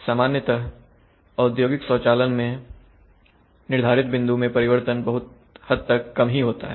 सामान्यतः औद्योगिक स्वचालन में निर्धारित बिंदु मैं परिवर्तन बहुत हद तक कम ही होता है